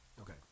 Okay